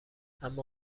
اما